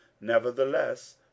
nevertheless